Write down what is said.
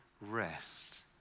rest